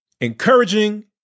encouraging